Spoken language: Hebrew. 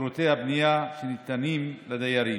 שירותי הבנייה שניתנים לדיירים,